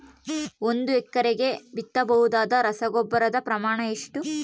ಒಂದು ಎಕರೆಗೆ ಬಿತ್ತಬಹುದಾದ ರಸಗೊಬ್ಬರದ ಪ್ರಮಾಣ ಎಷ್ಟು?